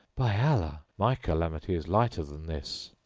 by allah, my calamity is lighter than this!